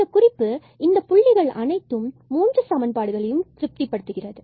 இந்த குறிப்பு இந்தப் புள்ளிகள் அனைத்து மூன்று சமன்பாடுகளையும் திருப்தி படுத்துகிறது